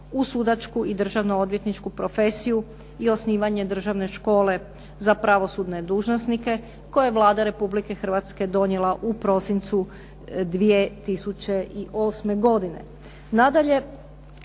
u sudačku i državno odvjetničku profesiju i osnovnije Državne škole za pravosudne dužnosnike koje je Vlada Republike Hrvatske donijela u prosincu 2008. godine.